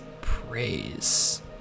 praise